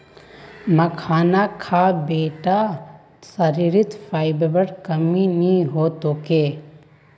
मखाना खा बेटा शरीरत फाइबरेर कमी नी ह तोक